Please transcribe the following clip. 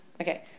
okay